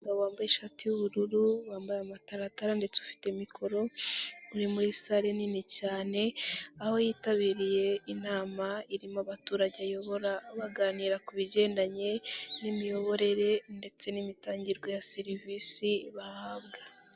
Umugabo wambaye ishati y'ubururu, wambaye amataratara ndetse ufite mikoro uri muri sale nini cyane, aho yitabiriye inama irimo abaturage ayobora baganira ku bigendanye n'imiyoborere ndetse n'imitangirerwe ya serivisi bahabwa.